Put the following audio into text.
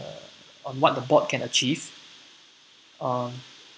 on what the bot can achieve um